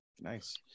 nice